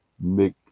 make